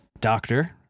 Doctor